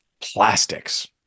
Plastics